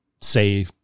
say